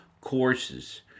courses